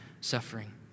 suffering